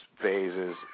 phases